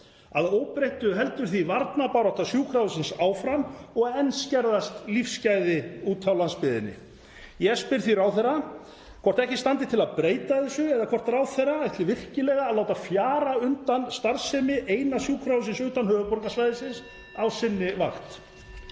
Að óbreyttu heldur því varnarbarátta sjúkrahússins áfram og enn skerðast lífsgæði úti á landsbyggðinni. Ég spyr því ráðherra hvort ekki standi til að breyta þessu eða hvort ráðherra ætli virkilega að láta fjara undan starfsemi eina sjúkrahússins utan höfuðborgarsvæðisins á sinni vakt.